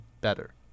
better